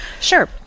Sure